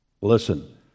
Listen